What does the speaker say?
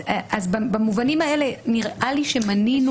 במובנים האלה נראה לי שמנינו.